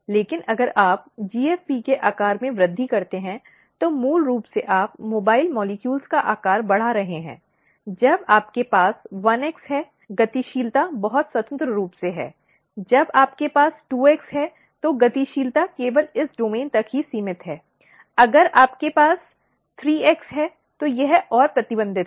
लेकिन अगर आप GFP के आकार में वृद्धि करते हैं तो मूल रूप से आप मोबाइल अणुओं का आकार बढ़ा रहे हैं जब आपके पास 1x है गतिशीलता बहुत स्वतंत्र रूप से है जब आपके पास 2x है तो गतिशीलता केवल इस डोमेन तक ही सीमित है अगर हमारे पास 3x है तो यह और प्रतिबंधित है